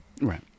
right